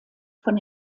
von